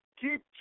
Keep